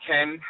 Ken